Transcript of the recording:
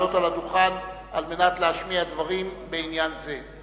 לעלות על הדוכן על מנת להשמיע דברים בעניין זה.